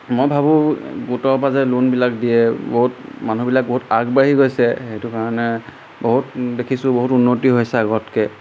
মই ভাবোঁ গোটৰপৰা যে লোনবিলাক দিয়ে বহুত মানুহবিলাক বহুত আগবাঢ়ি গৈছে সেইটো কাৰণে বহুত দেখিছোঁ বহুত উন্নতি হৈছে আগতকৈ